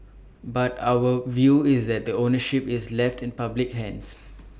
but our view is that the ownership is left in public hands